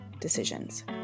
decisions